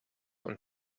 und